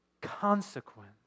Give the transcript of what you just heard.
consequence